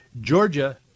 Georgia